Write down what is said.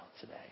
today